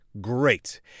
great